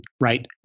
right